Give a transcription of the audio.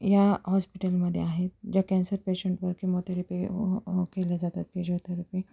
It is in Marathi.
या हॉस्पिटलमध्ये आहेत ज्या कॅन्सर पेशंटवर किमोथेरपी केल्या जातात फिजिओथेरपी